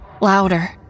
louder